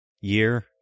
year